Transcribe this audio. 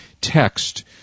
text